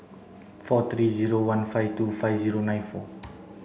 four three zero one five two five zero nine four